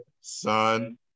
Son